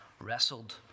wrestled